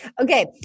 Okay